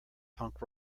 punk